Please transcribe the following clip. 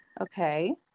Okay